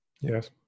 Yes